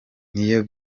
niyo